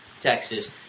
Texas